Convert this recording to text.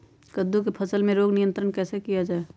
कददु की फसल में रोग नियंत्रण कैसे किया जाए?